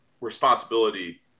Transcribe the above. responsibility